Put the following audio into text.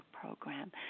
program